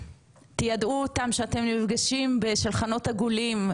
תיידעו אותם שאתם נפגשים בשולחנות עגולים.